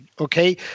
okay